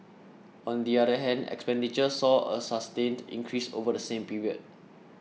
on the other hand expenditure saw a sustained increase over the same period